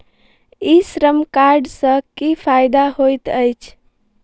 ई श्रम कार्ड सँ की फायदा होइत अछि?